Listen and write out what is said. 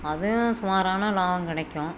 அதுவும் சுமாரான லாபம் கிடைக்கும்